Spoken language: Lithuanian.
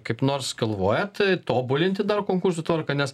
kaip nors galvojat tobulinti dar konkursų tvarką nes